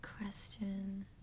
question